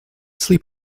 sleep